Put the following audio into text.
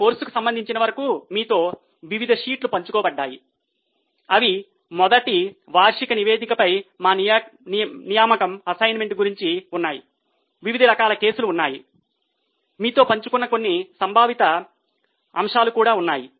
మా కోర్సుకు సంబంధించినంతవరకు మీతో వివిధ షీట్లు పంచుకోబడ్డాయి అవి మొదట వార్షిక నివేదికపై మా నియామకం గురించి ఉన్నాయి వివిధ రకాల కేసులు ఉన్నాయి మీతో పంచుకున్న కొన్ని సంభావిత అంశాలు కూడా ఉన్నాయి